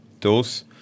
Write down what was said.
tools